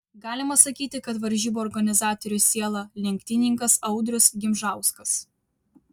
galima sakyti kad varžybų organizatorių siela lenktynininkas audrius gimžauskas